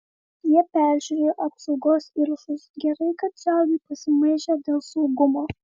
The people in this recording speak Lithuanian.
jie peržiūrėjo apsaugos įrašus gerai kad čarliui pasimaišę dėl saugumo